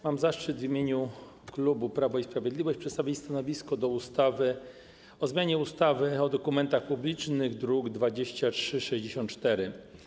Mam zaszczyt w imieniu klubu Prawo i Sprawiedliwość przedstawić stanowisko wobec ustawy o zmianie ustawy o dokumentach publicznych, druk nr 2364.